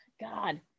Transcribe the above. God